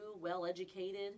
well-educated